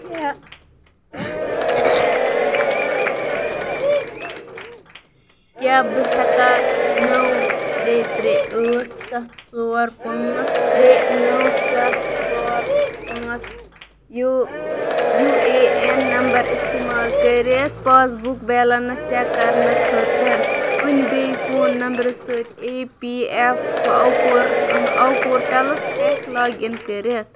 کیٛاہ کیٛاہ بہٕ ہٮ۪کا نَو ترٛےٚ ترٛےٚ ٲٹھ سَتھ ژور پانٛژھ ترٛےٚ نَو سَتھ ژور پانٛژھ U U A N number اِستعمال کٔرِتھ پاس بُک بیلَنٕس چَک کرنہٕ خٲطرٕ کُنہِ بیٚیہِ فون نمبر سۭتۍ اے پی اٮ۪ف اوپُر اَو پورٹلس پٮ۪ٹھ لاگ اِن کٔرِتھ